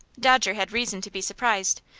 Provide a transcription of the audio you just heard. dodger had reason to be surprised,